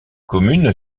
commune